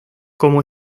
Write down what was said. como